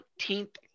14th